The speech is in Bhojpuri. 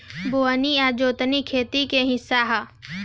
बोअनी आ जोतनी खेती के हिस्सा ह